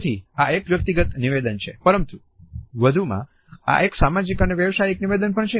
તેથી આ એક વ્યક્તિગત નિવેદન છે પરંતુ વધુમાં આ એક સામાજિક અને વ્યાવસાયિક નિવેદન પણ છે